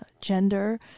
gender